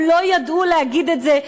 הם לא ידעו להגיד את זה.